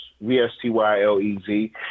V-S-T-Y-L-E-Z